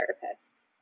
therapist